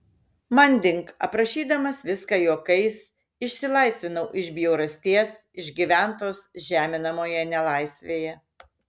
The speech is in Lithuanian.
manding aprašydamas viską juokais išsilaisvinau iš bjaurasties išgyventos žeminamoje nelaisvėje